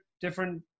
different